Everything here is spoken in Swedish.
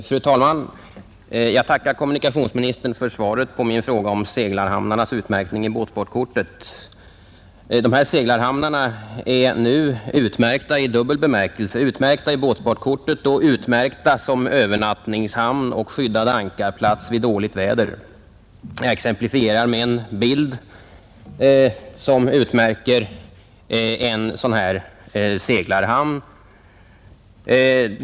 Fru talman! Jag tackar kommunikationsministern för svaret på min fråga om seglarhamnarnas utmärkning i båtsportkortet. Dessa seglarhamnar är nu utmärkta i dubbel bemärkelse. De är utmärkta i båtsportkortet och utmärkta som övernattningshamn och skyddad ankarplats vid dåligt väder. Jag exemplifierar med att visa kammaren en bild som visar hur en sådan seglarhamn är markerad i kortet.